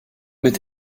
mit